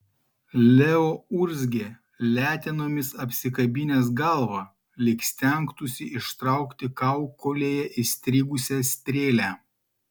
leo urzgė letenomis apsikabinęs galvą lyg stengtųsi ištraukti kaukolėje įstrigusią strėlę